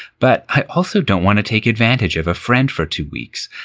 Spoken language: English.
but i also don't want to take advantage of a friend for two weeks.